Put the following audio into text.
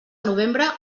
novembre